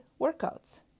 workouts